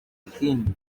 ikindi